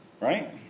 right